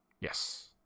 Yes